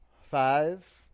Five